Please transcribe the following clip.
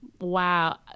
wow